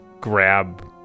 grab